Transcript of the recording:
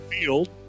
Field